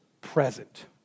present